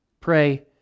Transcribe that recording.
Pray